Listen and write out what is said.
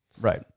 Right